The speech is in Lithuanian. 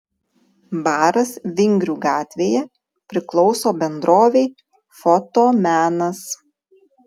baras vingrių gatvėje priklauso bendrovei fotomenas